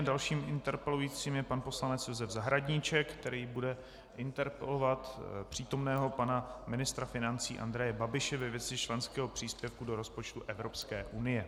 Dalším interpelujícím je pan poslanec Josef Zahradníček, který bude interpelovat přítomného pana ministra financí Andreje Babiše ve věci členského příspěvku do rozpočtu EU.